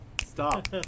Stop